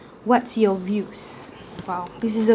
what's your views !wow! this is a